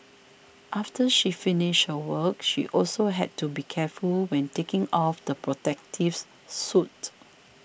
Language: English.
after she finished her work she also had to be careful when taking off the protective suit